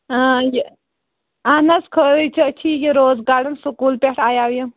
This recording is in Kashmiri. اۭں یہِ اہن حظ خٲری چھ کَڑُن سکوٗل پٮ۪ٹھہ آیا یِم